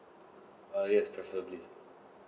err yes preferably